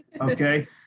Okay